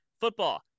football